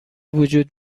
وجود